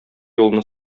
юлны